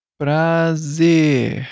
prazer